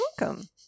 welcome